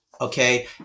okay